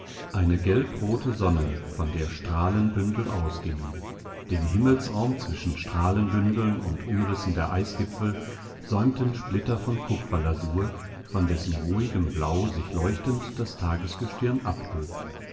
eine gelbrote sonne von der strahlenbündel ausgingen den himmelsraum zwischen strahlenbündeln und umrissen der eisgipfel säumten splitter von kupferlasur von dessen ruhigem blau sich leuchtend das tagesgestirn abhob